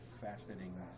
fascinating